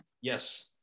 Yes